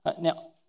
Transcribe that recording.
Now